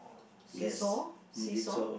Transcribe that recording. seesaw seesaw